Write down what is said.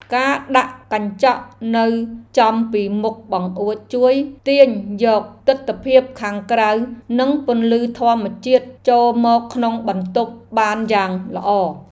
ការដាក់កញ្ចក់នៅចំពីមុខបង្អួចជួយទាញយកទិដ្ឋភាពខាងក្រៅនិងពន្លឺធម្មជាតិចូលមកក្នុងបន្ទប់បានយ៉ាងល្អ។